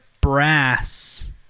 brass